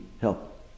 help